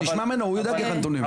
תשמע ממנו הוא יודע את הנתונים.